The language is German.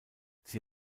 sie